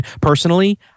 personally